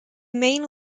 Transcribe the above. main